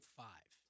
five